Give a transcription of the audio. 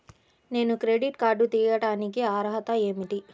నేను credit card తీయడానికి అర్హత ఏమిటి?